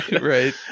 Right